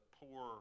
poor